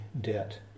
debt